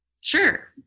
sure